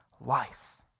life